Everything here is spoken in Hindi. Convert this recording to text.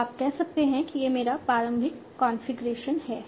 तो आप कह सकते हैं कि यह मेरा प्रारंभिक कॉन्फ़िगरेशन है